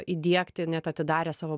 įdiegti net atidarė savo